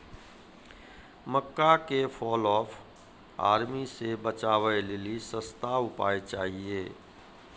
मक्का के fall of army से बचाबै लेली सस्ता उपाय चाहिए?